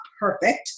perfect